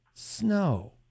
Snow